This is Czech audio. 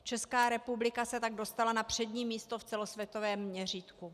Česká republika se tak dostala na přední místo v celosvětovém měřítku.